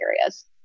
areas